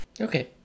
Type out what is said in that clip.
Okay